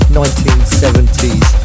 1970s